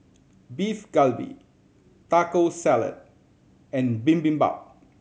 Beef Galbi Taco Salad and Bibimbap